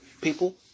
People